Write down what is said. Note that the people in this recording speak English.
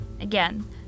Again